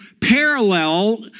parallel